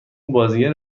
بازیگر